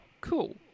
Cool